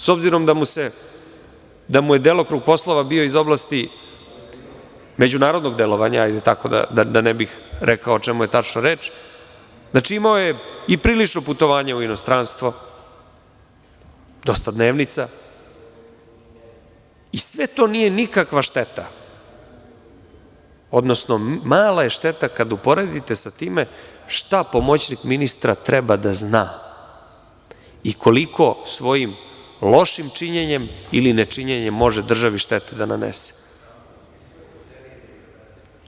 S obzirom da mu je delokrug poslova bio iz oblasti međunarodnog delovanja, da ne bih rekao o čemu je tačno reč, imao je i putovanja u inostranstvo, dosta dnevnica i sve to nije šteta, odnosno mala je šteta kada uporedite sa tim šta pomoćnik ministra treba da zna i koliko svojim lošim činjenjem ili nečinjenjem može državi da nanese štetu.